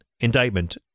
indictment